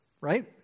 right